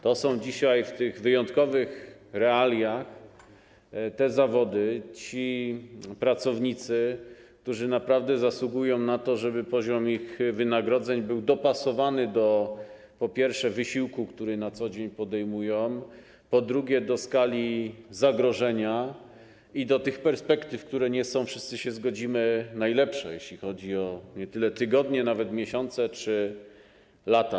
To są dzisiaj, w tych wyjątkowych realiach, te zawody, ci pracownicy, którzy naprawdę zasługują na to, żeby poziom ich wynagrodzeń był dopasowany, po pierwsze, do wysiłku, który na co dzień podejmują, po drugie, do skali zagrożenia i do perspektyw, które nie są, wszyscy się zgodzimy, najlepsze, chodzi nie tyle o tygodnie, co nawet miesiące czy lata.